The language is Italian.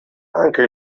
anche